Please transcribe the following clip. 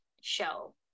show